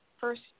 first